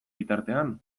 bitartean